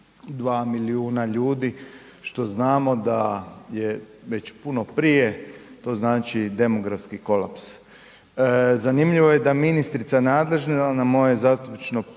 2 milijuna ljudi što znamo da je već puno prije to znači demografski kolaps. Zanimljivo je da ministrica nadležna na moje zastupničko